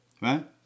right